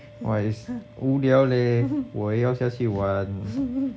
!wah! is 无聊 leh 我也要下去玩